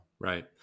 Right